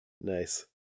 Nice